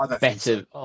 better